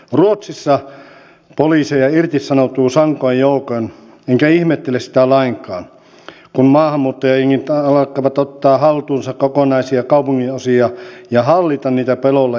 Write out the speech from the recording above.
ruotsissa poliiseja irtisanoutuu sankoin joukoin enkä ihmettele sitä lainkaan kun maahanmuuttajajengit alkavat ottaa haltuunsa kokonaisia kaupunginosia ja hallita niitä pelolla ja väkivallalla